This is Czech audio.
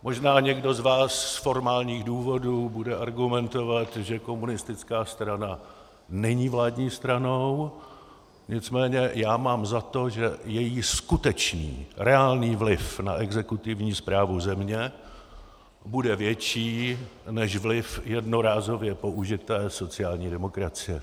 Možná někdo z vás z formálních důvodů bude argumentovat, že komunistická strana není vládní stranou, nicméně já mám za to, že její skutečný reálný vliv na exekutivní správu země bude větší než vliv jednorázově použité sociální demokracie.